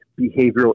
behavioral